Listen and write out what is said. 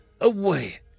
away